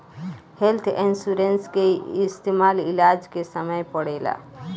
health insurance के इस्तमाल इलाज के समय में पड़ेला